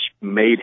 made